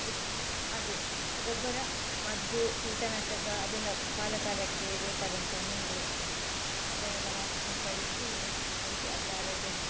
ಉತ್ ಅದೇ ಗೊಬ್ಬರ ಮದ್ದು ಕೀಟನಾಶಕ ಅದೆಲ್ಲ ಕಾಲ ಕಾಲಕ್ಕೆ ಬೇಕಾದಂಥ ನೀರು ಅದನ್ನೆಲ್ಲ ಹಾಕಿ ಸಿಂಪಡಿಸಿ ಅದಕ್ಕೆ ಅದ್ರ ಆರೋಗ್ಯ